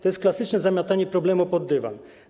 To jest klasyczne zamiatanie problemu pod dywan.